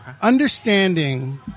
Understanding